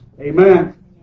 Amen